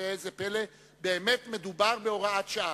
וראה זה פלא באמת מדובר בהוראת שעה.